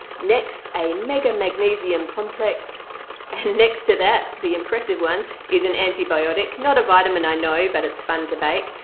next a mega magnesium complex and next to that the impressive one is an antibiotic not a vitamin i know but it's fun to bake.